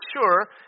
sure